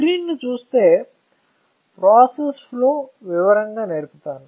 స్క్రీన్ను చూస్తే process flow వివరంగా నేర్పుతాను